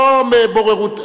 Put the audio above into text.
לא מבוררות,